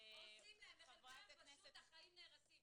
לחלקם פשוט החיים נהרסים,